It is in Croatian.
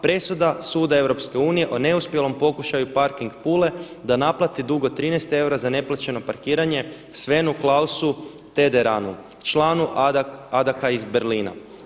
Presuda Suda Europske unije o neuspjelom pokušaju Parking Pule da naplati dug od 13 eura za neplaćeno parkiranje Svenu Klausu Tederanu, članu Adaca iz Berlina.